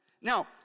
now